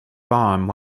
bomb